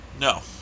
No